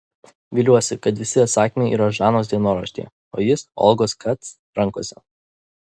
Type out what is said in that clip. viliuosi kad visi atsakymai yra žanos dienoraštyje o jis olgos kac rankose